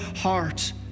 heart